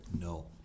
No